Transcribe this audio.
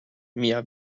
mia